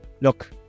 look